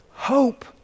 Hope